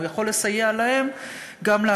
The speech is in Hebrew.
הוא יכול לסייע להם גם,